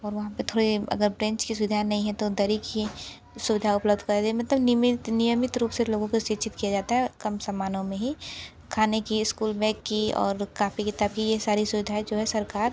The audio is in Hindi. और वहाँ पर थोड़े अगर ब्रेंच की सुविधाएं नहीं है तो दरी की सुविधा उपलब्ध करा दिया मतलब नियमित नियमित रूप से लोगों को शिक्षित किया जाता है कम समानों में ही खाने की स्कूल में की और काफ़ी किताब की ये सारी सुविधाएं जो है सरकार